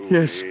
Yes